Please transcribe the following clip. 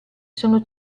sono